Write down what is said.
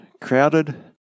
crowded